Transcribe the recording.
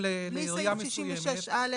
בלי סעיף 66(א).